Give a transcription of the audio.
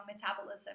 metabolism